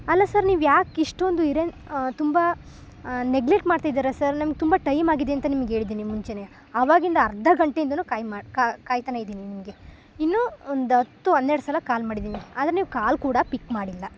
ಅಲ್ಲ ಸರ್ ನೀವ್ಯಾಕೆ ಇಷ್ಟೊಂದು ಇರೆನ್ ತುಂಬ ನೆಗ್ಲೆಟ್ ಮಾಡ್ತಿದ್ದೀರ ಸರ್ ನಮ್ಗೆ ತುಂಬ ಟೈಮ್ ಆಗಿದೆ ಅಂತ ನಿಮ್ಗೆ ಹೇಳಿದೀನಿ ಮುಂಚೆಯೇ ಅವಾಗಿಂದ ಅರ್ಧ ಗಂಟೆಯಿಂದನೂ ಕಾಯ್ಮಾಡ್ ಕಾಯ್ತಾನೇ ಇದ್ದೀನಿ ನಿಮಗೆ ಇನ್ನೂ ಒಂದು ಹತ್ತು ಹನ್ನೆರಡು ಸಲ ಕಾಲ್ ಮಾಡಿದ್ದೀನಿ ಆದರೆ ನೀವು ಕಾಲ್ ಕೂಡ ಪಿಕ್ ಮಾಡಿಲ್ಲ